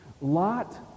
Lot